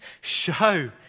show